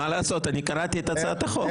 מה לעשות, אני קראתי את הצעת החוק.